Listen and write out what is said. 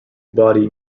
body